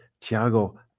Tiago